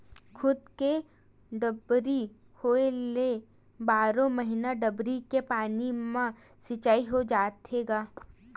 खुद के डबरी होए ले बारो महिना डबरी के पानी म सिचई हो जाथे गा